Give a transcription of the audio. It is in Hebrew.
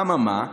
אממה?